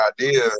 idea